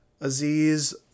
Aziz